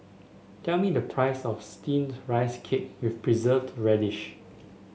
tell me the price of steamed Rice Cake with Preserved Radish